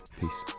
peace